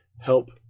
help